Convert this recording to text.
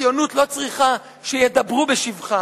הציונות לא צריכה שידברו בשבחה,